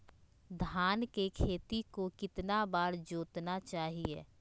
धान के खेत को कितना बार जोतना चाहिए?